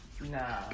nah